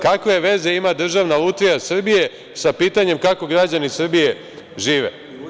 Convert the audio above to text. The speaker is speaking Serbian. Kakve veze ima Državna lutrija Srbije sa pitanjem kako građani Srbije žive?